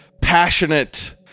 passionate